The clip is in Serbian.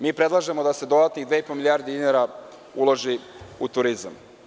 Mi predlažemo da se dodatnih dve i po milijarde dinara uloži u turizam.